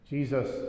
Jesus